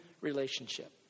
relationship